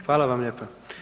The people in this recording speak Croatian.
Hvala vam lijepa.